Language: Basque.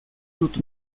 dut